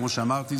כמו שאמרתי,